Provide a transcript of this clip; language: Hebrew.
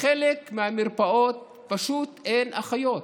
בחלק מהמרפאות פשוט אין אחיות.